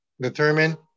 determine